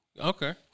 Okay